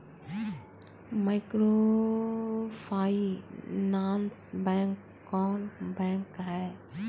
Microfinance bank कौन bank है?